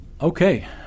Okay